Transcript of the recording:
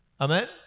Amen